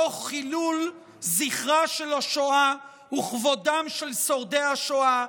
תוך חילול זכרה של השואה וכבודם של שורדי השואה,